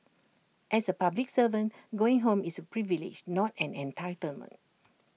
as A public servant going home is A privilege not an entitlement